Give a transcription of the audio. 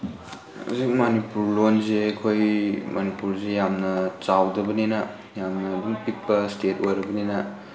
ꯍꯧꯖꯤꯛ ꯃꯅꯤꯄꯨꯔ ꯂꯣꯜꯁꯦ ꯑꯩꯈꯣꯏ ꯃꯅꯤꯄꯨꯔꯁꯤ ꯌꯥꯝꯅ ꯆꯥꯎꯗꯕꯅꯤꯅ ꯌꯥꯝꯅ ꯑꯗꯨꯝ ꯄꯤꯛꯄ ꯏꯁꯇꯦꯠ ꯑꯣꯏꯔꯕꯅꯤꯅ